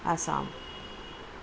Assam